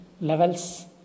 levels